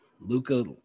Luca